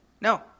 No